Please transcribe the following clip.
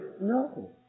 No